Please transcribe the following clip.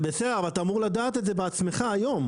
בסדר, אבל אתה אמור לדעת את זה בעצמך היום.